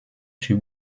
sur